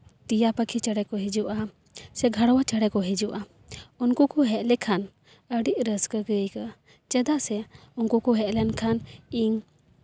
ᱴᱤᱭᱟ ᱯᱟᱹᱠᱷᱤ ᱪᱮᱬᱮ ᱠᱚ ᱦᱤᱡᱩᱜᱼᱟ ᱥᱮ ᱜᱷᱟᱣᱲᱟ ᱪᱮᱬᱮ ᱠᱚ ᱦᱤᱡᱩᱜᱼᱟ ᱩᱱᱠᱩ ᱠᱚ ᱦᱮᱡ ᱞᱮᱠᱷᱟᱱ ᱟᱹᱰᱤ ᱨᱟᱹᱥᱠᱟᱹ ᱜᱮ ᱵᱩᱡᱷᱟᱹᱜᱼᱟ ᱪᱮᱫᱟᱜ ᱥᱮ ᱩᱱᱠᱩ ᱠᱚ ᱦᱮᱡ ᱞᱮᱱᱠᱷᱟᱱ ᱤᱧ